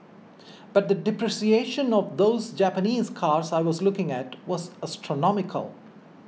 but the depreciation of those Japanese cars I was looking at was astronomical